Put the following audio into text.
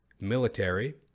military